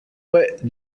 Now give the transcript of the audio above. what